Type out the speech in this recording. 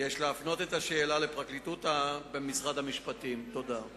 1 2. אדוני היושב-ראש,